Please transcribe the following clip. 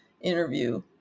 interview